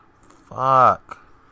Fuck